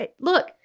Look